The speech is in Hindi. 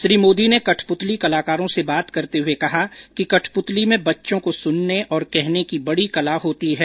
श्री मोदी ने कठपुतली कलाकारों से बात करते हुए कहा कि कठपुतली में बच्चों को सुनने और कहने की बड़ी कला होती है